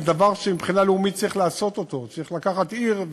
זה דבר שמבחינה לאומית צריך לעשות: צריך לקחת עיר,